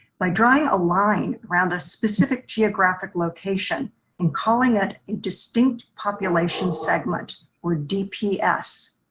by drawing a line around a specific geographic location and calling it a distinct population segment or dps.